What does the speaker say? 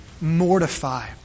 mortify